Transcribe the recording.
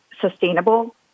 sustainable